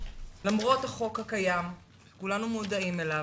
למרות החוק הקיים, כולנו מודעים אליו,